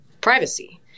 privacy